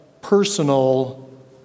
personal